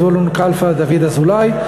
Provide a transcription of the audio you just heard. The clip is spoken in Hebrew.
זבולון קלפה ודוד אזולאי,